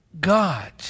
God